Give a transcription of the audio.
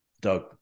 Doug